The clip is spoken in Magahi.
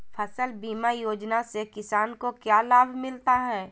फसल बीमा योजना से किसान को क्या लाभ मिलता है?